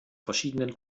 verschiedenen